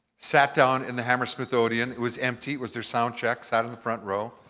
sat down in the hammersmith odeon, it was empty, it was their sound check, sat in the front row.